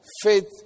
faith